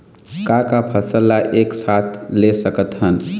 का का फसल ला एक साथ ले सकत हन?